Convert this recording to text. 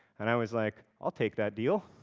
and i was, like, i'll take that deal.